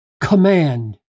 command